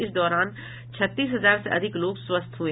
इस दौरान छत्तीस हजार से अधिक लोग स्वस्थ हुए